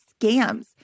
scams